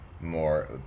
more